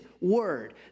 word